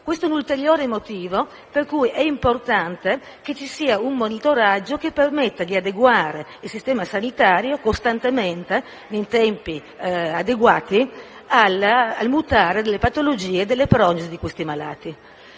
Questo è un ulteriore motivo per cui è importante che ci sia un monitoraggio che permetta di adeguare il sistema sanitario, costantemente e in tempi adeguati, al mutare delle patologie e delle prognosi dei malati.